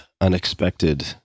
unexpected